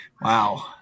Wow